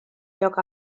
lloc